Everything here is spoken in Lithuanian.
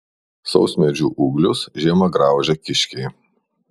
sausmedžių ūglius žiemą graužia kiškiai